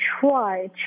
try